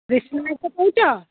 କହୁଛ